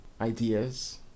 ideas